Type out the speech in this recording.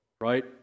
right